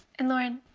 and lauren.